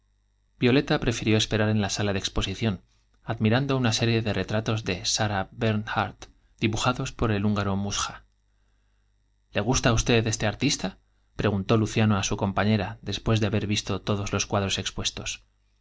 violeta prefirió esperar en la sala de exposición admirando una serie de retratos de sara bernhardt dibujados por el húngaro muchá le gus ta á usted este artista preguntó luciano á su compañera después de haber visto todos los cuadros expuestos